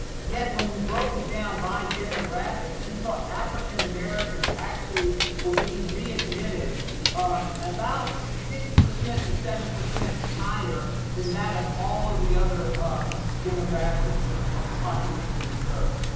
yet when we broke it down by demographics, we saw african americans actually were being readmitted ah about six percent to seven percent higher than that of all of the other um demographics of of the population we serve.